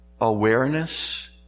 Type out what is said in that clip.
awareness